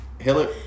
Hillary